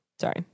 Sorry